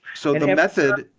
so, the yeah method.